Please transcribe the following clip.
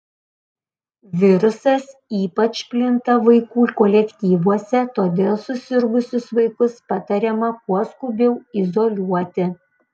virusas ypač plinta vaikų kolektyvuose todėl susirgusius vaikus patariama kuo skubiau izoliuoti